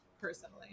personally